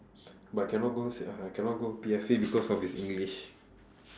but cannot go sec~ uh cannot go P_F_P because of his english